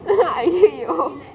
!aiyoyo!